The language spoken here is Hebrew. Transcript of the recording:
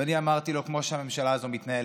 ואני אמרתי לו: כמו שהממשלה הזאת מתנהלת,